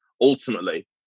ultimately